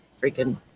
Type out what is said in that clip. freaking